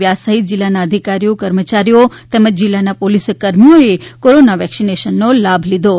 વ્યાસ સહિત જિલ્લાના અધિકારીઓ કર્મયારીઓ તેમજ જિલ્લાના પોલીસકર્મીઓએ કોરોના વેક્સીનેશનનો લાભ લીધો છે